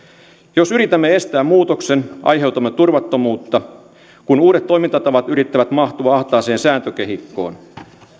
jos yritämme estää muutoksen aiheutamme turvattomuutta kun uudet toimintatavat yrittävät mahtua ahtaaseen sääntökehikkoon